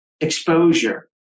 exposure